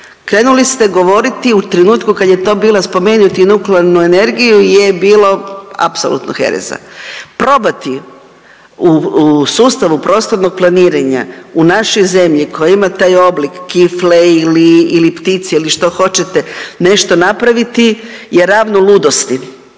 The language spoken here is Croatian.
Krenuli ste govoriti u trenutku kad je to bila spomenuti nuklearnu energiju je bilo apsolutno hereza. Probati u sustavu prostornog planiranja u našoj zemlji koja ima taj oblik kifle ili ptice ili što hoćete nešto napraviti je ravno ludosti,